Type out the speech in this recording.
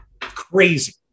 Crazy